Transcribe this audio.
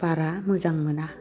बारा मोजां मोना